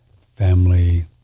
family